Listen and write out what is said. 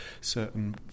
certain